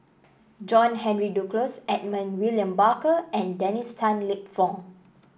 John Henry Duclos Edmund William Barker and Dennis Tan Lip Fong